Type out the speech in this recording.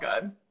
good